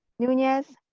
nunez,